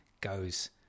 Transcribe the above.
goes